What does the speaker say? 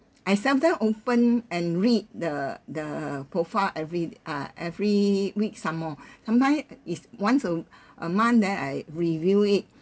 I sometimes open and read the the profile every uh every week some more sometimes is once a a month then I review it